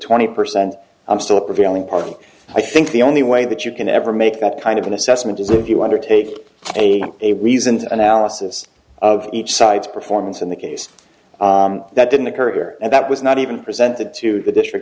twenty percent i'm still a prevailing party i think the only way that you can ever make that kind of an assessment is if you undertake a reasoned analysis of each side's performance in the case that didn't occur here and that was not even presented to the district